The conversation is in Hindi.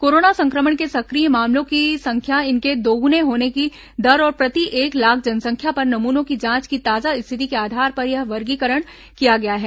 कोरोना संक्रमण के सक्रिय मामलों की संख्या इनके दोगुने होने की दर और प्रति एक लाख जनसंख्या पर नमूनों की जांच की ताजा स्थिति के आधार पर यह वर्गीकरण किया गया है